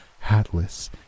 hatless